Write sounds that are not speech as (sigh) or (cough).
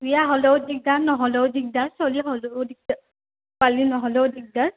বিয়া হ'লেও দিগদাৰ নহ'লেও দিগদাৰ চলি হ'লেও দিগদাৰ (unintelligible) নহ'লিও দিগদাৰ